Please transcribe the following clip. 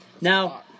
Now